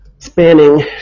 Spanning